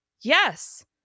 yes